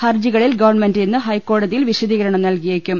ഹർജികളിൽ ഗവൺമെന്റ് ഇന്ന് ഹൈക്കോടതിയിൽ വിശദീകരണം നൽകിയേക്കും